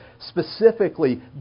specifically